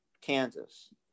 Kansas